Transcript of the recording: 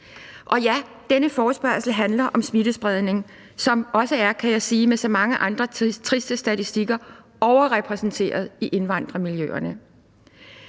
Og ja, denne forespørgsel handler om smittespredning, som også er, kan jeg sige – ligesom det gælder så mange andre triste statistikker – overrepræsenteret i indvandrermiljøerne.